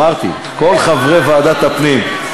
אמרתי, כל חברי ועדת הפנים.